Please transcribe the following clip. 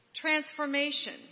transformation